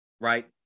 Right